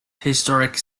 historic